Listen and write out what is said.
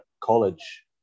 college